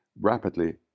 rapidly